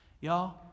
Y'all